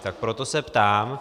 Tak proto se ptám.